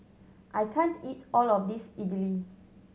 I can't eat all of this Idili